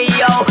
yo